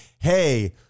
hey